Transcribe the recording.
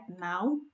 now